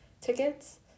tickets